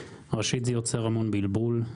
ראשית זה יוצר המון בלבול,